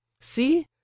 see